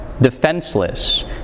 defenseless